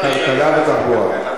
כלכלה ותחבורה.